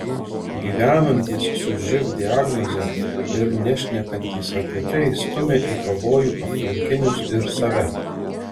gyvenantys su živ diagnoze ir nešnekantys apie tai stumia į pavojų aplinkinius ir save